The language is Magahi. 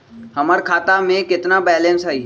हमर खाता में केतना बैलेंस हई?